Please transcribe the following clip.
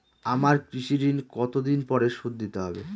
আমার কৃষিঋণ কতদিন পরে শোধ দিতে হবে?